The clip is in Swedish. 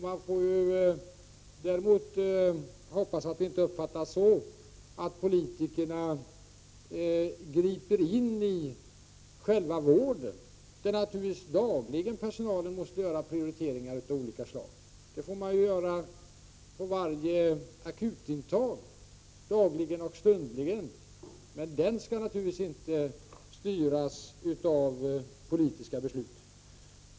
Man får hoppas att det inte uppfattas som att politikerna griper in i själva vården. Dagligen måste prioriteringar av olika slag göras. Det sker dagligen och stundligen på varje akutintag, och det skall inte styras av politiska beslut.